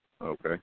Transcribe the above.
Okay